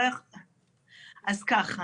אז ככה: